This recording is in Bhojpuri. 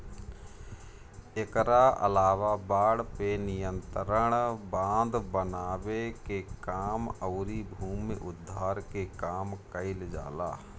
एकरा अलावा बाढ़ पे नियंत्रण, बांध बनावे के काम अउरी भूमि उद्धार के काम कईल जाला